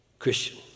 Christian